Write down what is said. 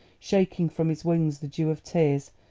shaking from his wings the dew of tears,